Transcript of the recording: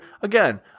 again